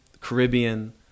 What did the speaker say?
Caribbean